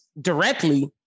directly